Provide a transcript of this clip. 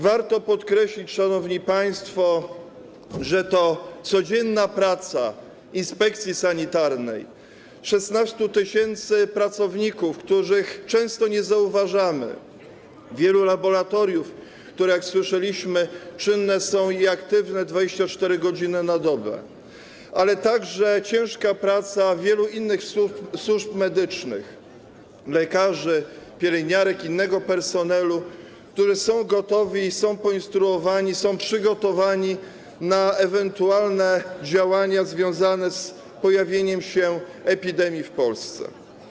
Warto podkreślić, szanowni państwo, że chodzi tu o codzienną pracę inspekcji sanitarnej, 16 tys. pracowników, których często nie zauważamy, wielu laboratoriów, które jak słyszeliśmy, są czynne i aktywne 24 godziny na dobę, ale także o ciężką pracę wielu innych służb medycznych: lekarzy, pielęgniarek, innego personelu, którzy zostali poinstruowani i są gotowi, przygotowani na ewentualne działania związane z pojawieniem się epidemii w Polsce.